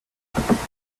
grenouilles